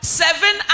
seven